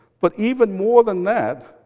but even more than that,